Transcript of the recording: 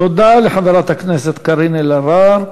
תודה לחברת הכנסת קארין אלהרר.